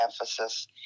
emphasis